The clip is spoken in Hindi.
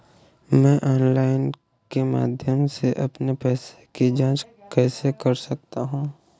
मैं ऑनलाइन के माध्यम से अपने पैसे की जाँच कैसे कर सकता हूँ?